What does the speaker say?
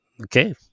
Okay